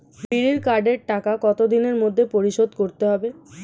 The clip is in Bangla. বিড়ির কার্ডের টাকা কত দিনের মধ্যে পরিশোধ করতে হবে?